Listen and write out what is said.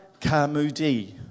kamudi